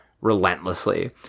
relentlessly